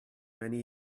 many